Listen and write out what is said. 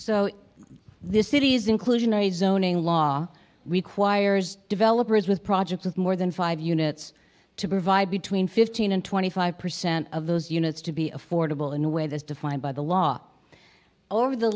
so this city's inclusionary zoning law requires developers with projects of more than five units to provide between fifteen and twenty five percent of those units to be affordable in a way that's defined by the law over the